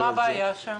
מה הבעיה שם?